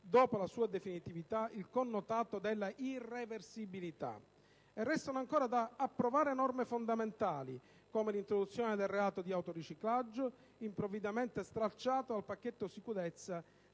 dopo la sua «definitività», il connotato della «irreversibilità». E restano ancora da approvare norme fondamentali, come l'introduzione del reato di autoriciclaggio, improvvidamente stralciato dal pacchetto sicurezza